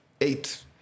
eight